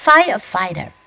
Firefighter